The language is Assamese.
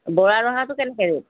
বৰা জহাটো কেনেকৈ